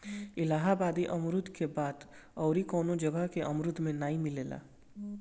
इलाहाबादी अमरुद के बात अउरी कवनो जगह के अमरुद में नाइ मिलेला